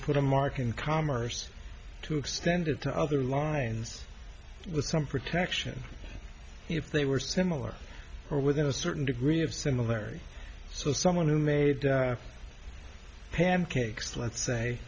put a mark in commerce to extend it to other lines with some protection if they were similar or within a certain degree of similarity so someone who made pancakes let's